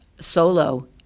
solo